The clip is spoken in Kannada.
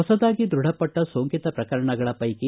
ಹೊಸದಾಗಿ ದೃಢಪಟ್ಟ ಸೋಂಕಿತ ಪ್ರಕರಣಗಳ ವೈಕಿ